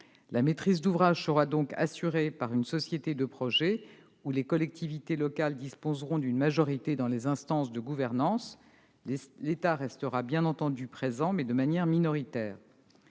La maîtrise d'ouvrage sera donc assurée par une société de projet, au sein de laquelle les collectivités locales disposeront d'une majorité dans les instances de gouvernance. L'État restera bien entendu présent, mais de manière minoritaire.